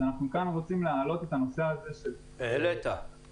אנחנו כאן רוצים להעלות את הנושא הזה של שאטלים.